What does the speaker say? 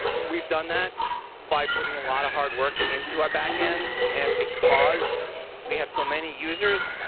we've done that by putting a lot of hard work into our backend. and because we have so many users,